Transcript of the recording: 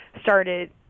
started